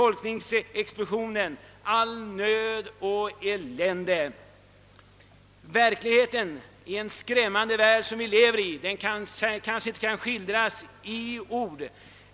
Vi känner till befolkningsexplosionen, all nöd och allt elände. Verkligheten i den värld vi lever i kan inte skildras i ord.